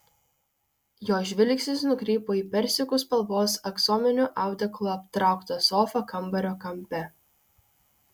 jo žvilgsnis nukrypo į persikų spalvos aksominiu audeklu aptrauktą sofą kambario kampe